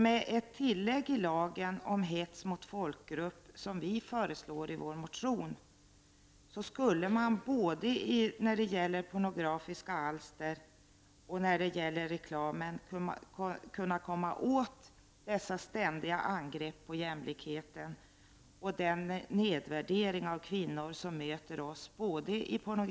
Med ett tillägg i lagen om hets mot folkgrupp, som vi föreslår i vår motion, skulle man när det gäller både pornografiska alster och reklam kunna komma åt dessa ständiga angrepp på jämlikheten och den nedvärdering av kvinnor som möter oss.